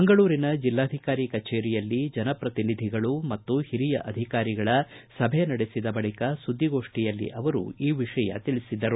ಮಂಗಳೂರಿನ ಜಿಲ್ಲಾಧಿಕಾರಿ ಕಚೇರಿಯಲ್ಲಿ ಜನಪ್ರತಿನಿಧಿಗಳು ಮತ್ತು ಹಿರಿಯ ಅಧಿಕಾರಿಗಳ ಸಭೆಯನ್ನು ನಡೆಸಿದ ಬಳಕ ಸುದ್ದಿಗೋಷ್ಟಿಯಲ್ಲಿ ಅವರು ಈ ವಿಷಯ ತಿಳಿಸಿದರು